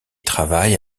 travaille